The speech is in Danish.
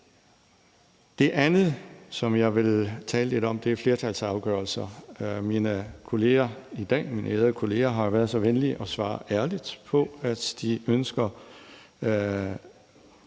Det andet, som jeg vil tale lidt om, er flertalsafgørelser. Mine ærede kolleger i dag har jo været så venlige at svare ærligt på, at de ønsker